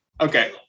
Okay